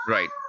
Right